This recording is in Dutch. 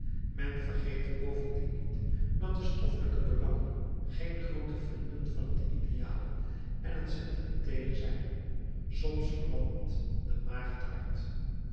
men vergete bovendien niet dat de stoffelijke belangen geen groote vrienden van het ideale en het sentimenteele zijn soms verlamt de maag het hart